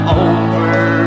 over